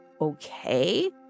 okay